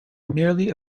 merely